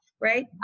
right